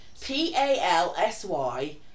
P-A-L-S-Y